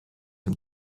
him